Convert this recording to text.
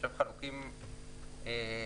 עכשיו חלוקים לגביהן,